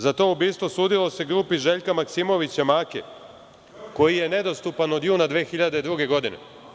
Za to ubistvo sudilo se grupi Željka Maksimovića Make koji je nedostupan od juna 2002. godine.